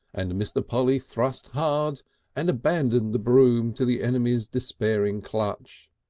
and mr. polly thrust hard and abandoned the broom to the enemy's despairing clutch.